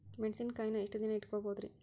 ಮೆಣಸಿನಕಾಯಿನಾ ಎಷ್ಟ ದಿನ ಇಟ್ಕೋಬೊದ್ರೇ?